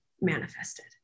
manifested